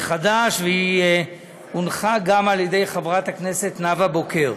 מחדש, והיא הונחה גם על ידי חברת הכנסת נאוה בוקר.